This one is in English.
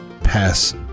pass